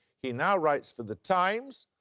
he now writes for the times.